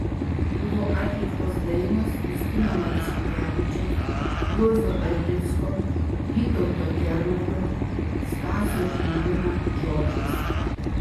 buvo atliktos dainos justino marcinkevičiaus juozo erlicko vytauto kernagio stasio žlibino žodžiais